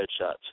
headshots